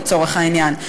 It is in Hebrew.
לצורך העניין.